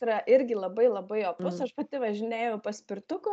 yra irgi labai labai opus aš pati važinėju paspirtuku